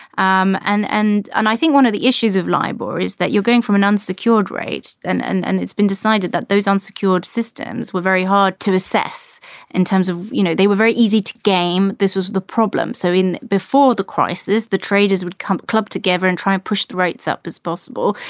um and and and i think one of the issues of libraries that you're getting from an unsecured rate and and it's been decided that those unsecured systems were very hard to assess in terms of, you know, they were very easy to game. this was. the problem, so in before the crisis, the traders would come club together and try and push the rates up as possible.